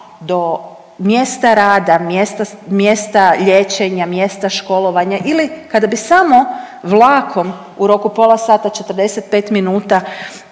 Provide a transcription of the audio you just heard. do mjesta rada mjesta liječenja, mjesta školovanja ili kada bi samo vlakom u roku od pola sata, 45 minuta